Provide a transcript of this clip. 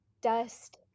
dust